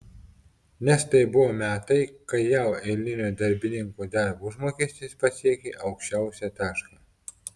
nes tai buvo metai kai jav eilinio darbininko darbo užmokestis pasiekė aukščiausią tašką